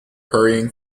hurrying